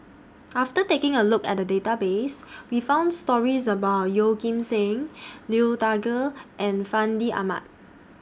after taking A Look At The Database We found stories about Yeoh Ghim Seng Liu Thai Ker and Fandi Ahmad